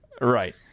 Right